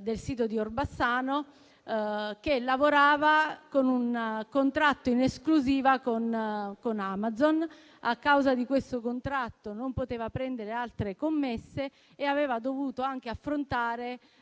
del sito di Orbassano, che lavorava con un contratto in esclusiva con Amazon. A causa di questo contratto non poteva prendere altre commesse, dovendo affrontare altresì